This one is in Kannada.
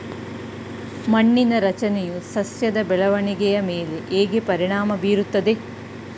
ಮಣ್ಣಿನ ರಚನೆಯು ಸಸ್ಯದ ಬೆಳವಣಿಗೆಯ ಮೇಲೆ ಹೇಗೆ ಪರಿಣಾಮ ಬೀರುತ್ತದೆ?